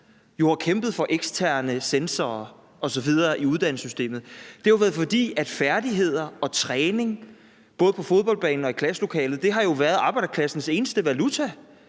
har kæmpet for eksterne censorer osv. i uddannelsessystemet, har været, at færdigheder og træning, både på fodboldbanen og i klasselokalet, har været arbejderklassens eneste valuta,